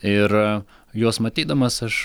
ir juos matydamas aš